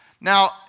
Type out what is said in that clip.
Now